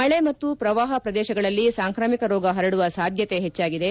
ಮಳೆ ಮತ್ತು ಪ್ರವಾಹ ಪ್ರದೇಶಗಳಲ್ಲಿ ಸಾಂಕ್ರಾಮಿಕ ರೋಗ ಹರಡುವ ಸಾಧ್ಯತೆ ಹೆಚ್ಚಾಗಿದೆ